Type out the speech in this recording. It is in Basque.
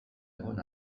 egon